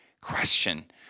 question